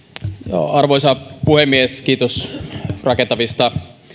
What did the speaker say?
arvoisa puhemies kiitos rakentavista